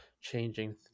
changing